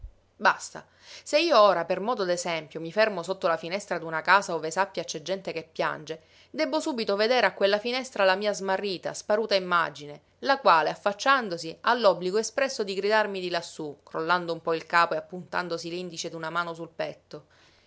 basta se io ora per modo d'esempio mi fermo sotto la finestra d'una casa ove sappia c'è gente che piange debbo subito vedere a quella finestra la mia smarrita sparuta immagine la quale affacciandosi ha l'obbligo espresso di gridarmi di lassù crollando un po il capo e appuntandosi l'indice d'una mano sul petto